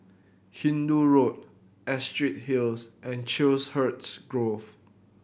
Hindoo Road Astrid Hills and Chiselhurst Grove